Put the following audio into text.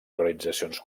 organitzacions